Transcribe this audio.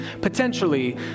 potentially